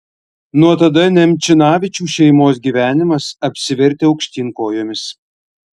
nuo tada nemčinavičių šeimos gyvenimas apsivertė aukštyn kojomis